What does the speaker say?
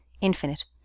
infinite